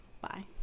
Bye